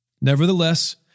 Nevertheless